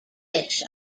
fish